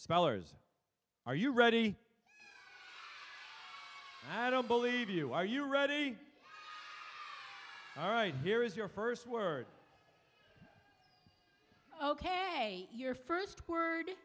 spellers are you ready i don't believe you are you ready all right here is your first word ok your first word